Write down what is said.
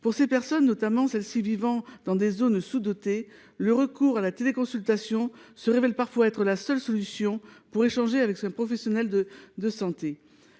Pour ces personnes, notamment celles vivant dans des zones sous dotées, le recours à la téléconsultation est parfois le seul moyen de s’entretenir avec un professionnel de santé.